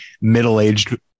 middle-aged